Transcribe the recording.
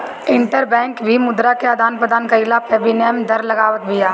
interbank भी मुद्रा के आदान प्रदान कईला पअ विनिमय दर लगावत बिया